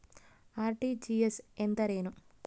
RTGS ಎಂದರೇನು?